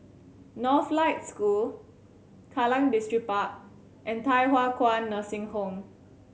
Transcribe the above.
Northlight School Kallang Distripark and Thye Hua Kwan Nursing Home